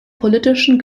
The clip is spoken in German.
politischen